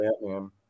Batman